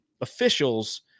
officials